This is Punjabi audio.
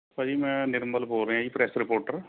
ਭਾਅ ਜੀ ਮੈਂ ਨਿਰਮਲ ਬੋਲ ਰਿਹਾ ਜੀ ਪ੍ਰੈਸ ਰਿਪੋਰਟਰ